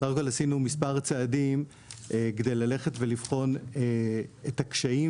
סך הכול עשינו מספר צעדים כדי ללכת ולבחון את הקשיים